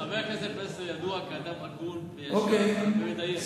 חבר הכנסת פלסנר ידוע כאדם הגון, ישר ומדייק.